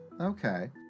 Okay